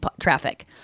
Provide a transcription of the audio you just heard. traffic